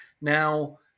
Now